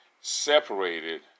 separated